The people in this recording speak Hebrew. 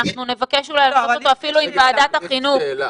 נבקש לעשות אותו עם ועדת החינוך,